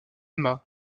emma